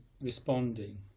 responding